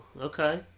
okay